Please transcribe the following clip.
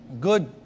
good